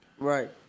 Right